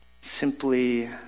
simply